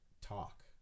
talk